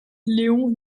léon